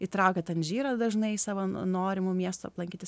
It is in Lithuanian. įtraukia tanžyrą dažnai savo norimą miestą aplankyti